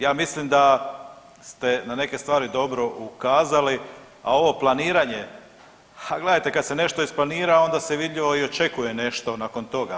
Ja mislim da ste na neke stvari dobro ukazali, a ovo planiranje, ha gledajte kad se nešto isplanira onda se vidljivo i očekuje nešto nakon toga.